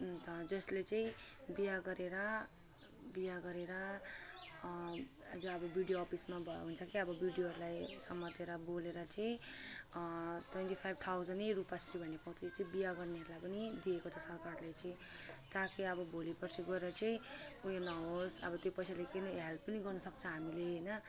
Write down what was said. अन्त जसले चाहिँ बिहे गरेर बिहे गरेर आज अब बिडिओ अफिसमा भयो हुन्छ कि अब बिडिओहरूलाई समातेर बोलेर चाहिँ ट्वेन्टी फाइभ थाउजन्डै रूपाश्री भन्ने पाउँछ यो चाहिँ बिहे गर्नेहरूलाई पनि दिएको छ सरकारले चाहिँ ताकि अब भोलि पर्सी गएर चाहिँ ऊ यो नहोस् अब त्यो पैसाले किन हेल्प पनि गर्नु सक्छ हामीले होइन